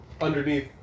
underneath